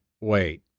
Wait